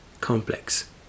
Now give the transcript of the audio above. complex